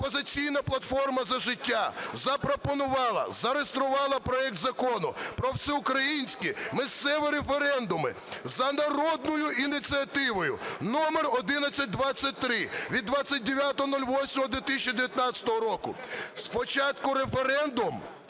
"Опозиційна платформа - За життя" запропонувала, зареєструвала проект Закону про всеукраїнські та місцеві референдуми за народною ініціативою (номер 1123 від 29.08.2019 року). Спочатку референдум,